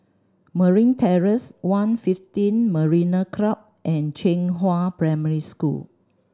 Marine Terrace One Fifteen Marina Club and Zhenghua Primary School